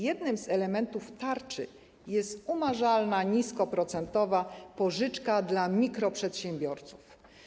Jednym z elementów tarczy jest umarzalna, niskoprocentowa pożyczka dla mikroprzedsiębiorców.